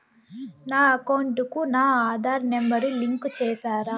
నా అకౌంట్ కు నా ఆధార్ నెంబర్ లింకు చేసారా